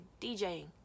DJing